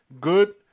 Good